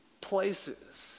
places